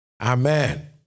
Amen